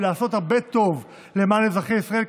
ולעשות הרבה טוב למען אזרחי ישראל,